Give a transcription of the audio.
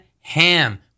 Ham